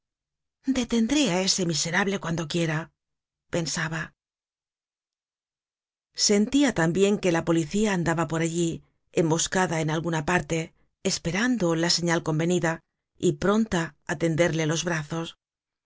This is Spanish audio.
á ese miserable cuando quiera pensaba sentia tambien que la policía andaba por allí emboscada en alguna parte esperando la señal convenida y pronta á tenderle los brazos